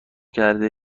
کرده